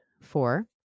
four